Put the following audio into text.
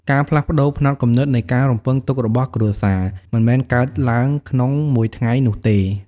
ការផ្លាស់ប្តូរផ្នត់គំនិតនៃការរំពឹងទុករបស់គ្រួសារ មិនមែនកើតឡើងក្នុងមួយថ្ងៃនោះទេ។